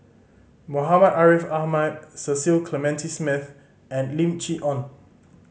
Muhammad Ariff Ahmad Cecil Clementi Smith and Lim Chee Onn